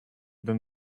than